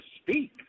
speak